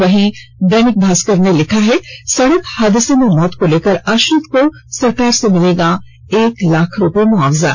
वहीं दैनिक भास्कर ने लिखा है सड़क हादसे में मौत को लेकर आश्रित को सरकार से मिलेगा एक लाख रूपये मुआवजा